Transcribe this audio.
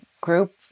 group